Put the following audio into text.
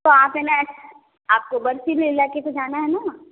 तो आप है ना आपको बर्फीले इलाके से जाना है ना